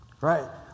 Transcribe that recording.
Right